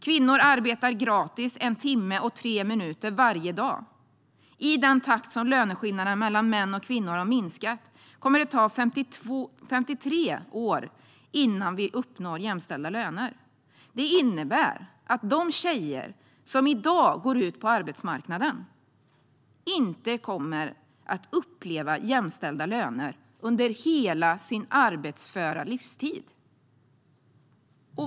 Kvinnor arbetar gratis en timme och tre minuter varje dag. I den takt som löneskillnaderna mellan män och kvinnor har minskat kommer det att ta 53 år innan vi uppnår jämställda löner. Det innebär att de tjejer som i dag går ut på arbetsmarknaden inte kommer att uppleva jämställda löner under hela sin arbetsföra livstid.